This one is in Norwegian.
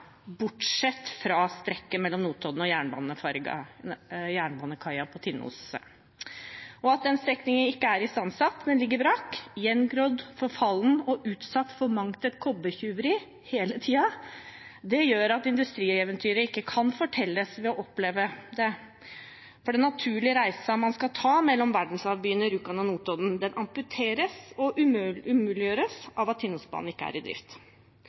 bortsett fra strekket mellom Notodden og jernbanekaia på Tinnoset. At den strekningen ikke er istandsatt, men ligger brakk, gjengrodd, forfallen og utsatt for mangt et kobbertjuveri hele tiden, gjør at industrieventyret ikke kan fortelles ved å oppleve det, for den naturlige reisen man kan ta mellom verdensarvbyene Rjukan og Notodden, amputeres og umuliggjøres av at Tinnosbanen ikke er i drift.